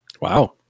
wow